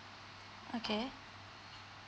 okay